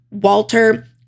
Walter